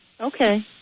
Okay